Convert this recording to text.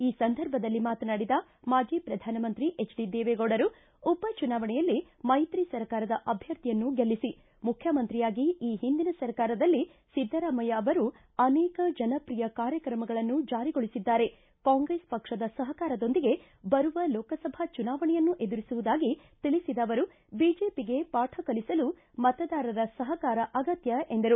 ಈ ಸಂದರ್ಭದಲ್ಲಿ ಮಾತನಾಡಿದ ಮಾಜ ಪ್ರಧಾನಮಂತ್ರಿ ದೇವೆಗೌಡ ಉಪಚುನಾವಣೆಯಲ್ಲಿ ಮೈತ್ರಿ ಸರ್ಕಾರದ ಅಭ್ಯರ್ಥಿಯನ್ನು ಗೆಲ್ಲಿ ಮುಖ್ಯಮಂತ್ರಿಯಾಗಿ ಈ ಹಿಂದಿನ ಸರ್ಕಾರದಲ್ಲಿ ಸಿದ್ದರಾಮಯ್ಯ ಅವರು ಅನೇಕ ಜನಪ್ರಿಯ ಕಾರ್ಯಕ್ರಮಗಳನ್ನು ಜಾರಿಗೊಳಿಸಿದ್ದಾರೆ ಕಾಂಗ್ರೆಸ್ ಪಕ್ಷದ ಸಹಕಾರರೊಂದಿಗೆ ಬರುವ ಲೋಕಸಭಾ ಚುನಾವಣೆಯನ್ನೂ ಎದುರಿಸುವುದಾಗಿ ತಿಳಿಸಿದ ಅವರು ಬಿಜೆಪಿ ಗೆ ಪಾಠ ಕಲಿಸಲು ಮತದಾರರ ಸಹಕಾರ ಅಗತ್ಯ ಎಂದರು